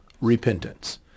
repentance